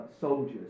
soldiers